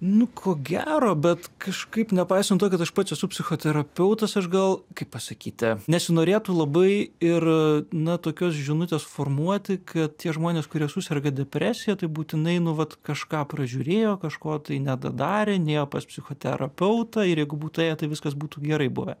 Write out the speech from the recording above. nu ko gero bet kažkaip nepaisant to kad aš pats esu psichoterapeutas aš gal kaip pasakyti nesinorėtų labai ir na tokios žinutės formuoti kad tie žmonės kurie suserga depresija tai būtinai nu vat kažką pražiūrėjo kažko tai nedadarė nėjo pas psichoterapeutą ir jeigu būtų ėję tai viskas būtų gerai buvę